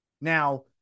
Now